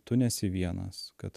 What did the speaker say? tu nesi vienas kad